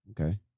okay